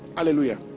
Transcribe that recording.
Hallelujah